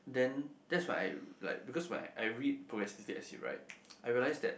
then that's what I like because when I I read progressively as he write I realise that